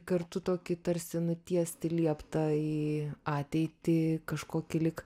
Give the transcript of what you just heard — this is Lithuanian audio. kartu tokį tarsi nutiesti lieptą į ateitį kažkokį lyg